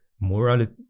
morality